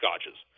scotches